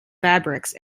fabrics